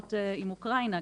בגבולות עם אוקראינה,